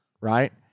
right